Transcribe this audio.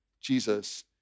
Jesus